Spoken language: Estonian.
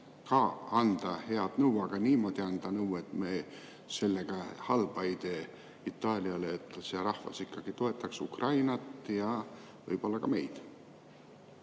ka anda head nõu, aga niimoodi anda nõu, et me sellega Itaaliale halba ei tee, et see rahvas ikkagi toetaks Ukrainat ja võib-olla ka meid?